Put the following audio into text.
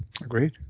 Agreed